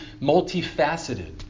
multifaceted